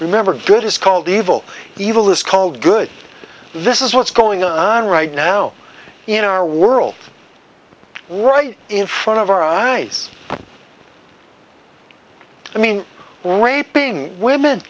remember good is called evil evil is called good this is what's going on right now in our world right in front of our eyes i mean w